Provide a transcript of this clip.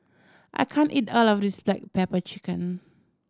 I can't eat all of this black pepper chicken